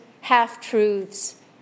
half-truths